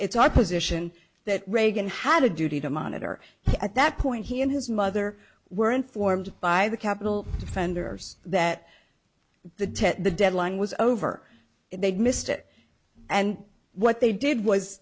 it's our position that reagan had a duty to monitor at that point he and his mother were informed by the capitol fenders that the test the deadline was over they'd missed it and what they did was